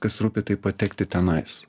kas rūpi tai patekti tenais